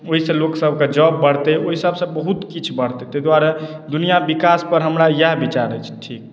ओहिसँ लोकसभके जॉब बढ़तै ओहिसभसँ बहुत किछु बढ़तै ताहि दुआरे दुनिआँ विकासपर हमरा इएह विचार अछि ठीक